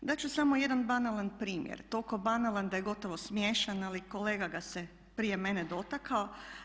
Dati ću samo jedan banalan primjer, toliko banalan da je gotovo smiješan ali kolega ga se prije mene dotakao.